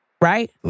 Right